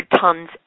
tons